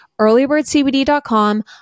Earlybirdcbd.com